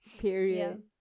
Period